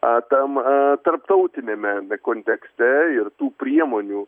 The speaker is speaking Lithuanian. a tam a tarptautiniame kontekste ir tų priemonių